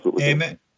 Amen